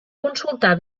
consultar